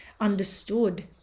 understood